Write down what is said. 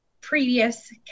previous